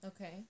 Okay